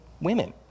women